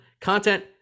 content